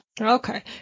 Okay